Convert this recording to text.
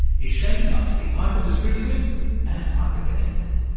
is shaping up to be hyper-distributed and hyper-connected.